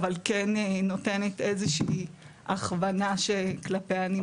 אבל כן נותנת איזה שהיא הכוונה שכלפיה נמדדים.